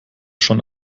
schon